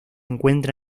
encuentra